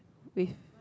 with